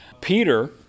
Peter